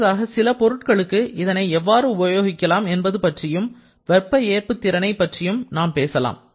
அடுத்ததாக சில பொருட்களுக்கு இதனை எவ்வாறு உபயோகிக்கலாம் என்பது பற்றியும் வெப்ப ஏற்பு திறனை பற்றியும் நாம் பேசலாம்